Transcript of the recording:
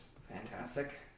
fantastic